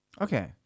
Okay